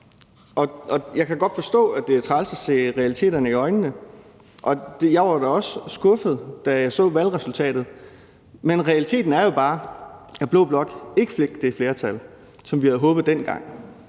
Jeg kan godt forstå, det er træls at se realiteterne i øjnene, og jeg var da også skuffet, da jeg så valgresultatet. Men realiteten er jo bare, at blå blok ikke fik det flertal, som vi havde håbet dengang.